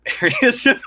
areas